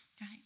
Right